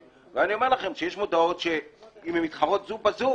עובד, ואם יש מודעות שמתחרות זו בזו